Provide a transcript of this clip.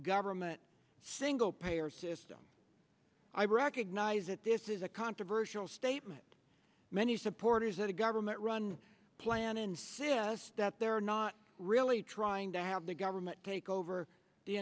government single payer system i recognize that this is a controversial statement many supporters that a government run plan insists that they're not really trying to have the government take over the